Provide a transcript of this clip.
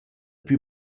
plü